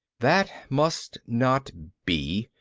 that must not be,